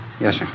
Yes